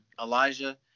elijah